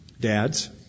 dads